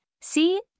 See